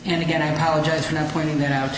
and again i apologize for not pointing that out